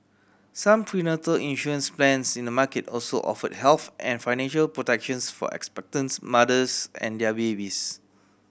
some prenatal insurance plans in the market also offer health and financial protections for expectants mothers and their babies